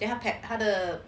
then 他的